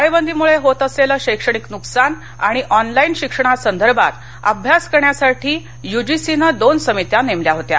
टाळेबंदीमुळे होत असलेलं शैक्षणिक नुकसान आणि ऑनलाईन शिक्षणासंदर्भात अभ्यास करण्यासाठी युजीसीनं दोन समित्या नेमल्या होत्या